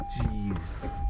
Jeez